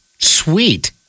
Sweet